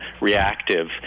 reactive